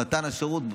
במתן השירות,